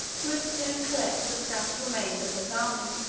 who had soon collected the scattered remains of his army,